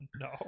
no